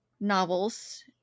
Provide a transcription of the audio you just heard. novels